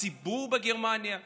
הציבור בגרמניה מאמין,